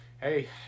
Hey